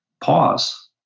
pause